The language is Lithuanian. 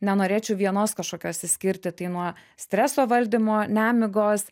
nenorėčiau vienos kažkokios išskirti tai nuo streso valdymo nemigos